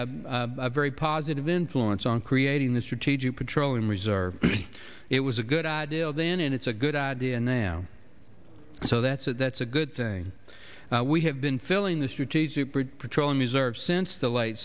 very positive influence on creating the strategic petroleum reserve it was a good idea then and it's a good idea now so that's a that's a good thing we have been filling the strategic petroleum reserve since the late